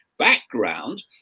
background